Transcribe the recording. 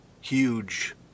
huge